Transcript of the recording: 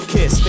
Kiss